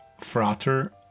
Frater